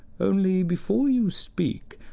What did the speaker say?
only before you speak,